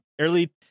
early